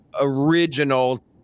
original